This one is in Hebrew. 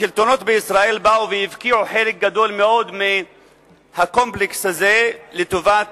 השלטונות בישראל באו והפקיעו חלק גדול מאוד מהקומפלקס הזה לטובת